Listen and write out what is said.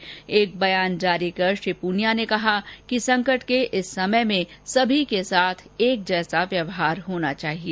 आज एक बयान जारी कर श्री पूनिया ने कहा कि संकट के इस समय में सभी के साथ एक जैसा व्यवहार होना चाहिए